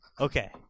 Okay